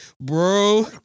bro